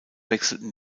wechselten